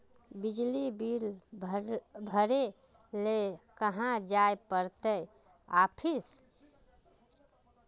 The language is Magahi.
बिजली बिल भरे ले कहाँ जाय पड़ते ऑफिस?